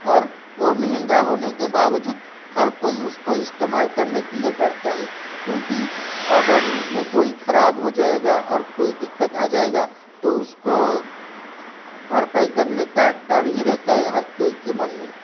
और वो महंगा होने के बावाजूद हर कोई उसको इस्तेमाल करने के लिए डरता है क्योंकि अगर उसमें कोई खराब हो जाएगा और कोई दिक्कत आ जाएगा तो उसको भरपाई करने का डर ही रहता है हर कोई के मन में